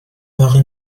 باقی